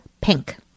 pink